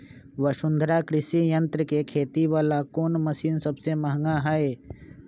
वसुंधरा कृषि यंत्र के खेती वाला कोन मशीन सबसे महंगा हई?